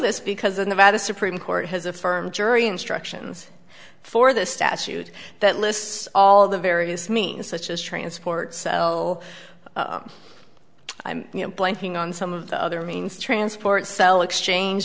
this because of nevada supreme court has affirmed jury instructions for the statute that lists all the various means such as transport selo i'm blanking on some of the other means transport cell exchange